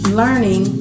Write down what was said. learning